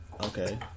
Okay